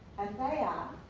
and they are,